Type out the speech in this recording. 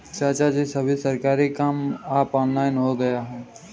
चाचाजी, सभी सरकारी काम अब ऑनलाइन हो गया है